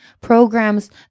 programs